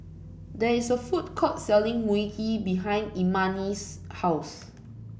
there is a food court selling Mui Kee behind Imani's house